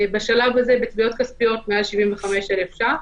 בשלב הזה בתביעות כספיות מעל 175,000 ש"ח,